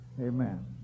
Amen